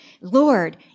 Lord